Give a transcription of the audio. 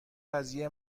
قضیه